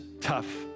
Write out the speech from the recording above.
tough